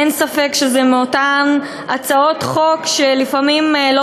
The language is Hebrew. אין ספק שזו מאותן הצעות חוק שלפעמים לא